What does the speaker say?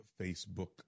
Facebook